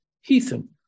Heathen